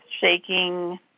shaking